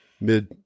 mid